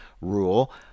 rule